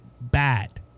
Bad